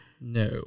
No